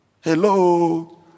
Hello